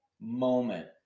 moment